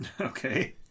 okay